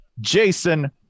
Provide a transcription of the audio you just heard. Jason